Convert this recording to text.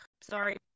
sorry